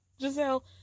Giselle